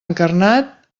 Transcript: encarnat